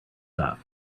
that